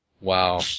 Wow